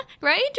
right